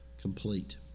complete